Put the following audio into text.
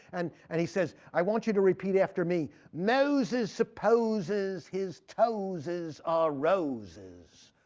and and he says, i want you to repeat after me moses supposes his toses are roses.